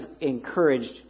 encouraged